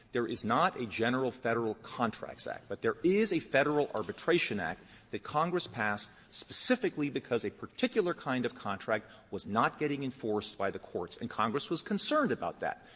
there is not a general federal contracts act, but there is a federal arbitration act that congress passed specifically because a particular kind of contract was not getting enforced by the courts, and congress was concerned about that.